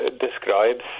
describes